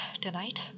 tonight